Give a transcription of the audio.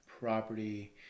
property